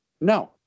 No